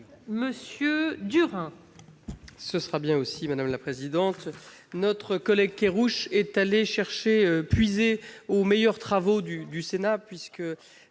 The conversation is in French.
Monsieur Durand. Ce sera bien aussi, madame la présidente, notre collègue Kerrouche est allé chercher puisée aux meilleures travaux du du Sénat puisque